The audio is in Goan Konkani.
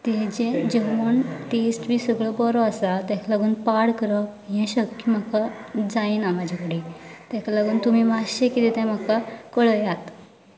तें जे जेवण तेजो टेस्ट बी बरो आसा ताका लागून पाड करप हे शक्य म्हाका जायना म्हजे कडेन ताका लागून तुमी मातशें कितें तें म्हाका कळयात